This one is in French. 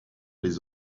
les